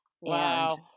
Wow